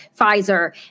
Pfizer